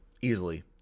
Easily